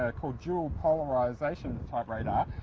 ah call dual polarisation type radar,